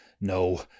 No